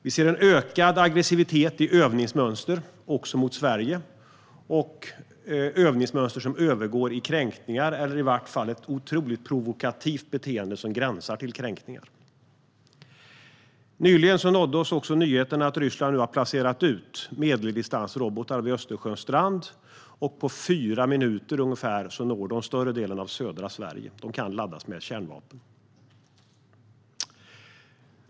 Vi ser en ökad aggressivitet i övningsmönster också mot Sverige. Det är övningsmönster som övergår i kränkningar eller i vart fall i ett otroligt provokativt beteende som gränsar till kränkningar. Nyligen nådde oss också nyheten att Ryssland nu har placerat ut medeldistansrobotar vid Östersjön. På ungefär fyra minuter når de större delen av södra Sverige, och de kan laddas med kärnvapen.